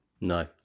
No